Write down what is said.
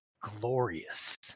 glorious